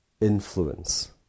influence